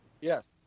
Yes